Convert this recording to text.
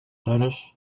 tennis